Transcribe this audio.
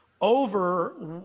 over